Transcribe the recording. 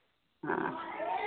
हाँ